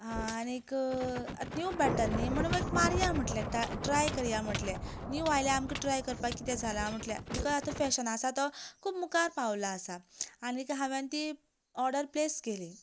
आनीक नीव पेटर्न न्ही म्हणून मारया म्हटलें ट्राय करया म्हटलें नीव आयल्या आमकां ट्राय करपा कितें जालां बिकॉज आतां फॅशना आसा तो खूब मुखार पावला आसा आनीक हांवें ती ऑर्डर प्लेस केली